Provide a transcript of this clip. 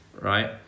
right